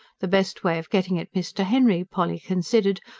the best way of getting at mr. henry, polly considered,